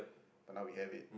but now we have it